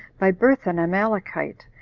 by birth an amalekite,